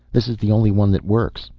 this is the only one that works.